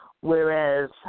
whereas